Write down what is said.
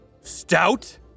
Stout